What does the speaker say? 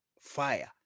fire